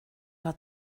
hat